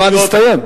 הזמן הסתיים.